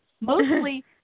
Mostly